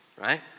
right